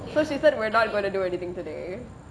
because she said we're not going to do anything today